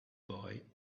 boy